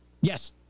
Yes